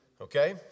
Okay